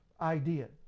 idea